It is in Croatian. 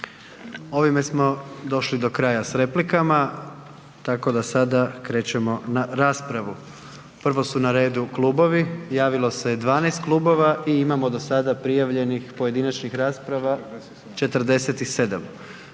Ovime smo došli do kraja s replikama, tako da sada krećemo na raspravu. Prvo su na redu klubovi, javilo se 12 klubova i imamo do sada prijavljenih pojedinačnih rasprava 47,